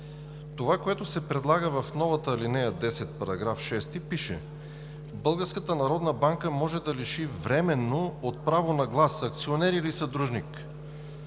това, което се предлага в новата ал. 10 на § 6, пише: „Българската народна банка може да лиши временно от право на глас акционер и/или съдружник…“.